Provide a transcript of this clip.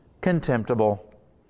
contemptible